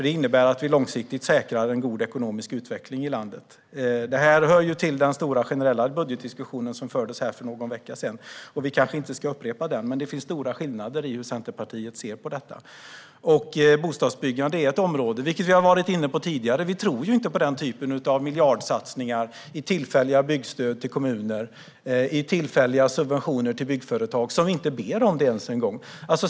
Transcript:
Det innebär att vi långsiktigt säkrar en god ekonomisk utveckling i landet. Det hör till den stora generella budgetdiskussionen som fördes för någon vecka sedan. Vi kanske inte ska upprepa den, men det finns stora skillnader i hur Centerpartiet ser på detta. Bostadsbyggandet är ett område, vilket vi har varit inne på tidigare. Vi tror inte på den typen av miljardsatsningar i tillfälliga byggstöd till kommuner eller i tillfälliga subventioner till byggföretag - som inte ens ber om sådant.